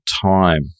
time